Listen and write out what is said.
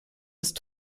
ist